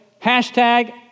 hashtag